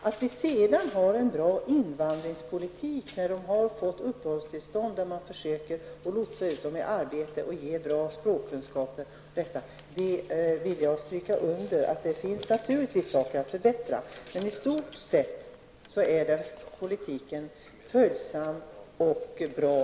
Att vi sedan har en bra invandrarpolitik för dem som har fått uppehållstillstånd och försöker lotsa ut invandrarna i arbete och ge dem bra språkkunskaper vill jag stryka under. Det finns naturligtvis saker som kan förbättras, men i stort sett är vår invandrarpolitik följsam och bra.